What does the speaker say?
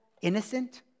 Innocent